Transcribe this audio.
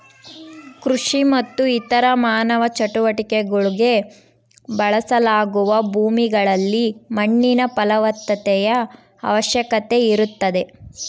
ಕೃಷಿ ಮತ್ತು ಇತರ ಮಾನವ ಚಟುವಟಿಕೆಗುಳ್ಗೆ ಬಳಸಲಾಗುವ ಭೂಮಿಗಳಲ್ಲಿ ಮಣ್ಣಿನ ಫಲವತ್ತತೆಯ ಅವಶ್ಯಕತೆ ಇರುತ್ತದೆ